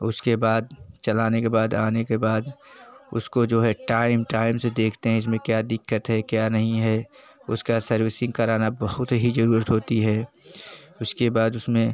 उसके बाद चलाने के बाद आने के बाद उसको जो है टाइम टाइम से देखते हैं इसमें क्या दिक़्क़त है क्या नहीं है उसका सर्विसिंग कराना बहुत ही ज़रूरत होती है उसके बाद उसमें